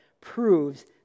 proves